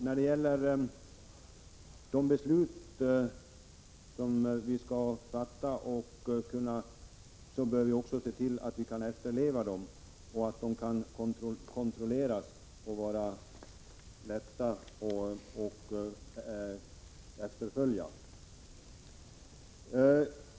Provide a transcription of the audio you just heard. När det gäller de beslut som vi skall fatta bör vi se till att de går att kontrollera och är lätta att efterleva.